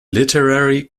literary